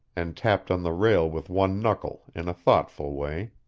and tapped on the rail with one knuckle, in a thoughtful way.